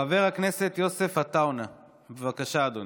חבר הכנסת יוסף עטאונה, בבקשה, אדוני.